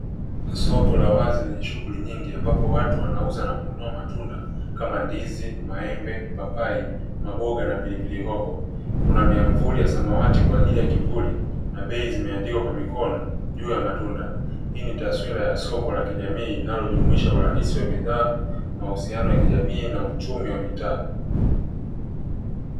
Soko la wazi lenye shughuli nyingi ambapo watu wanauza na kununua matunda kama: ndizi, maembe, papai, maboga na pilipili hoho; kuna miamvuli ya samawati kwa ajili ya kivuli na bei zimeandikwa kwa mikono juu ya matunda. Hii ni taswira ya soko la kijamii inayojumuisha urahisi wa bidhaa, mahusiano ya kijamii na uchumi wa mitaa.